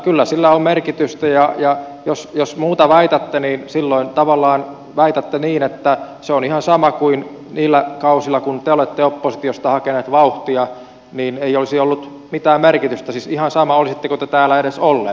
kyllä sillä on merkitystä ja jos muuta väitätte niin silloin tavallaan väitätte niin että se on ihan sama kuin niillä kausilla kun te olette oppositiosta hakeneet vauhtia ei olisi ollut mitään merkitystä siis olisi ihan sama olisitteko te täällä edes olleet